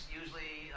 usually